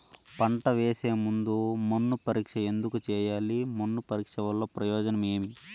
పంట వేసే ముందు మన్ను పరీక్ష ఎందుకు చేయాలి? మన్ను పరీక్ష వల్ల ప్రయోజనం ఏమి?